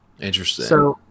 Interesting